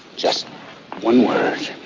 just one word.